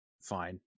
fine